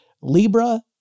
Libra